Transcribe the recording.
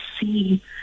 see